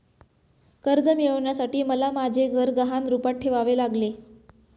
कर्ज मिळवण्यासाठी मला माझे घर गहाण रूपात ठेवावे लागले